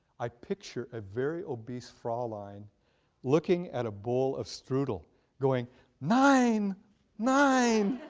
i'd picture a very obese fraulein looking at a bowl of strudel going nine nine.